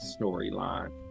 storyline